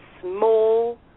small